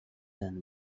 than